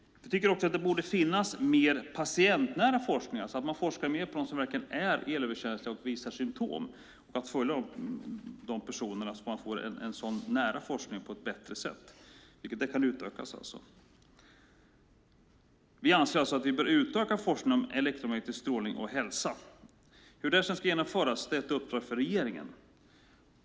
Vi tycker också att det borde finnas mer patientnära forskning, alltså att man forskar mer på dem som verkligen är elöverkänsliga och visar symtom och att man följer dessa personer så att man får en nära forskning på ett bättre sätt. Vi anser alltså att vi bör utöka forskningen om elektromagnetisk strålning och hälsa. Hur det sedan ska genomföras är ett uppdrag för regeringen.